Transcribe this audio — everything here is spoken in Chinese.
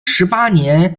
十八年